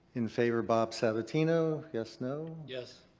in favor, bob sabatino, yes no. yes.